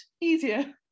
easier